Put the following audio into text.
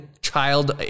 child